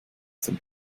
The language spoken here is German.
zum